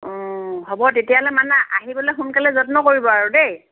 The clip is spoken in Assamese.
হ'ব তেতিয়াহ'লে মানে আহিবলৈ সোনকালে যত্ন কৰিব আৰু দেই